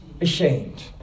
ashamed